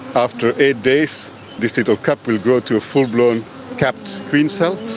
after eight days this little cup will grow to a full-blown capped queen cell,